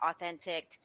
authentic